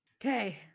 okay